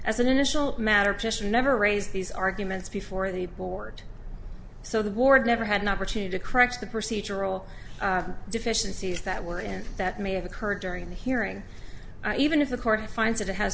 as an initial matter just never raised these arguments before the board so the board never had an opportunity to correct the procedural deficiencies that were in that may have occurred during the hearing even if the court finds it ha